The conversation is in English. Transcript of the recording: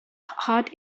heart